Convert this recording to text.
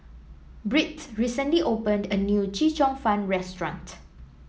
Britt recently opened a new Chee Cheong Fun restaurant